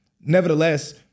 Nevertheless